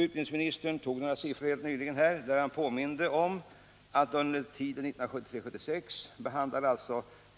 Utbildningsministern säger att under tiden 1973-1976 behandlade den